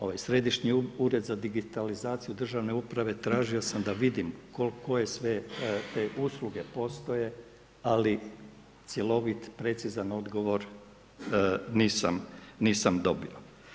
Ovaj Središnji ured za digitalizaciju državne uprave tražio sam da vidim koje sve te usluge postoje ali cjelovit, precizan odgovor nisam dobio.